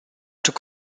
took